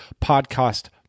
podcast